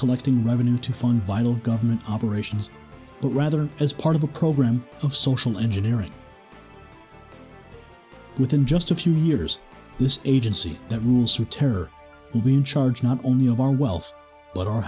collecting revenue to fund vinal government operations but rather as part of a program of social engineering within just a few years this agency that moves from terror to lean charge not only of our wealth but o